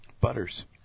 Butters